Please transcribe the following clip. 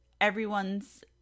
everyone's